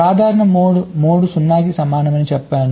సాధారణ mode mode 0 కి సమానమని చెప్పాను